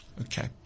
Okay